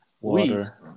water